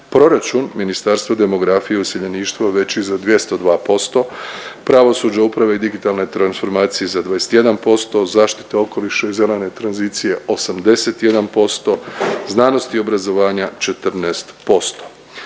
proračun Ministarstva demografije i useljeništva veći za 202%, pravosuđa, uprave i digitalne transformacije za 21%, zaštita okoliša i zelene tranzicije 81%, znanosti i obrazovanja 14%.